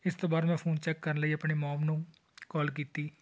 ਇਸ ਤੋਂ ਬਾਅਦ ਮੈਂ ਫੋਨ ਚੈੱਕ ਕਰਨ ਲਈ ਆਪਣੀ ਮੌਮ ਨੂੰ ਕਾਲ ਕੀਤੀ